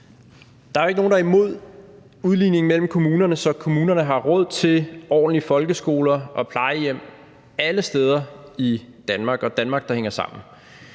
Der er jo ikke nogen, der er imod udligning mellem kommunerne, så kommunerne har råd til ordentlige folkeskoler og plejehjem alle steder i Danmark, og et Danmark, der hænger sammen.